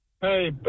Hey